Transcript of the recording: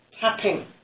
tapping